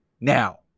now